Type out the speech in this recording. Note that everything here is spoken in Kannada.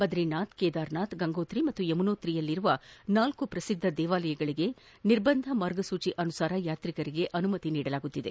ಬದ್ರಿನಾಥ್ ಕೇದಾರನಾಥ್ ಗಂಗೋತ್ರಿ ಮತ್ತು ಯಮುನೋತ್ರಿಯಲ್ಲಿರುವ ನಾಲ್ಕು ಪ್ರಸಿದ್ದ ದೇವಾಲಯಗಳಿಗೆ ನಿರ್ಬಂಧ ಮಾರ್ಗಸೂಚಿ ಅನುಸಾರ ಯಾತ್ರಿಕರಿಗೆ ಅನುಮತಿ ನೀಡಲಾಗುವುದು